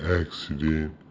accident